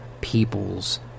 people's